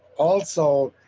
also